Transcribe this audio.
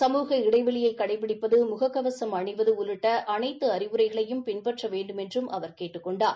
சமூக இடைவெளியை கடைபிடிப்பது முக கவசம் அணிவது உள்ளிட்ட அனைத்து அறிவுரைகளையும் பின்பற்ற வேண்டுமென்றும் அவர் கேட்டுக் கொண்டார்